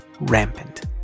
rampant